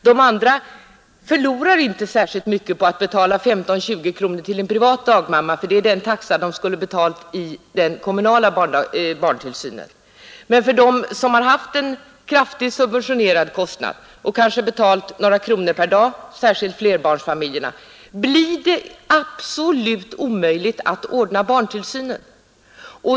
De andra förlorar inte särskilt mycket på att betala 15—20 kronor till en privat dagmamma eftersom det är den taxa de skulle ha betalat i den kommunala barntillsynen. Men för dem som har haft en kraftigt subventionerad kostnad och kanske betalat några kronor per dag — särskilt flerbarnsfamiljerna — blir det absolut omöjligt att ordna barntillsynen.